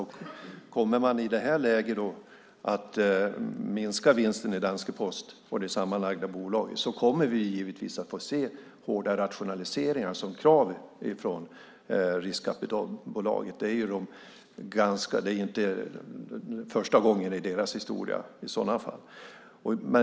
Om vinsten i det här läget minskas i danska Posten och det sammanlagda bolaget kommer vi givetvis att få se hårda rationaliseringar som krav från riskkapitalbolaget - i så fall inte första gången i deras historia.